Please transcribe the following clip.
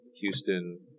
Houston